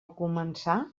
començar